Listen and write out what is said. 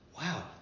Wow